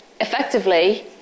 Effectively